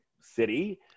city